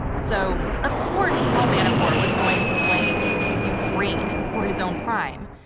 so of course, paul manafort was going to blame ukraine for his own crime.